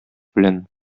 белән